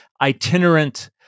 itinerant